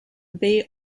bay